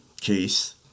case